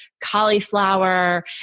cauliflower